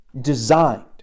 Designed